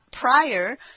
Prior